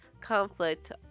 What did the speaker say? conflict